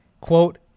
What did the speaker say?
Quote